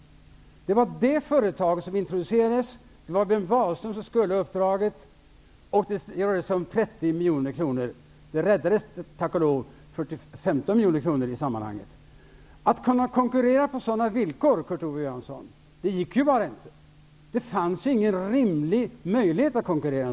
Det var det företaget som introducerades. Det var Björn Wahlström som skulle ha uppdraget, och det rörde sig om 30 miljoner. Det räddades tack och lov 15 miljoner i sammanhanget. Att kunna konkurrera på sådana villkor, Kurt Ove Johansson, gick bara inte. Det finns inte ens en gång någon rimlig möjlighet att konkurrera.